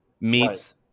meets